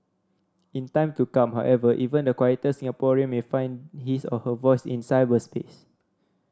in time to come however even the quieter Singaporean may find his or her voice in cyberspace